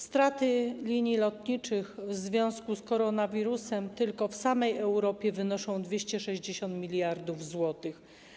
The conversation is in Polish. Straty linii lotniczych w związku z koronawirusem tylko w samej Europie wynoszą 260 mld zł.